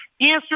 Answer